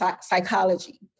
psychology